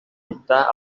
optar